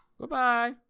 Goodbye